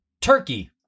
Turkey